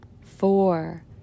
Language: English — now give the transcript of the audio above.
four